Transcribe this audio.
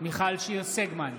מיכל שיר סגמן,